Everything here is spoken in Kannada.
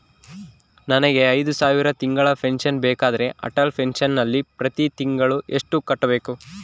ನನಗೆ ಐದು ಸಾವಿರ ತಿಂಗಳ ಪೆನ್ಶನ್ ಬೇಕಾದರೆ ಅಟಲ್ ಪೆನ್ಶನ್ ನಲ್ಲಿ ಪ್ರತಿ ತಿಂಗಳು ಎಷ್ಟು ಕಟ್ಟಬೇಕು?